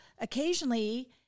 occasionally